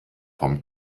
vom